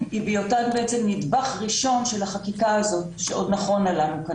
היא בהיותן נדבך ראשון של החקיקה הזאת שכנראה עוד נכונה לנו.